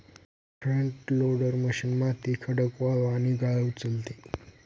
front loader machine माती, खडक, वाळू आणि गाळ उचलते